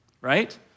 right